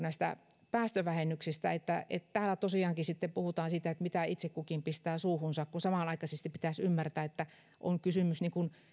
näistä päästövähennyksistä täällä tosiaankin sitten puhutaan siitä mitä itse kukin pistää suuhunsa kun samanaikaisesti pitäisi ymmärtää että on kysymys tavallaan semmoisesta